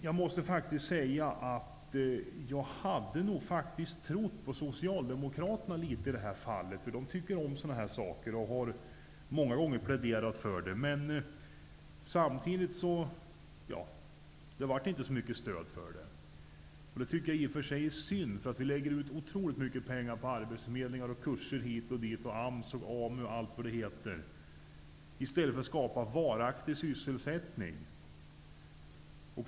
Jag måste faktiskt säga att jag nog litet grand hade trott på Socialdemokraterna i detta fall. De brukar tycka om sådana saker, och de har många gånger pläderat för dem. Men det blev inte så mycket stöd från dem. Det tycker jag i och för sig är synd, eftersom det läggs ut otroligt mycket pengar på arbetsförmedling och kurser hit och dit -- AMS, AMU och allt vad det heter -- i stället för att skapa varaktig sysselsättning.